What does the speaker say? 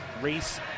race